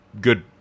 good